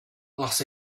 glass